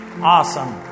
Awesome